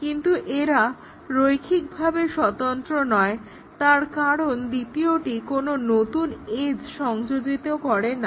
কিন্তু এরা রৈখিকভাবে স্বতন্ত্র নয় তার কারণ দ্বিতীয়টি কোনো নতুন এজ সংযোজিত করে না